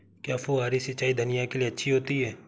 क्या फुहारी सिंचाई धनिया के लिए अच्छी होती है?